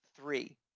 three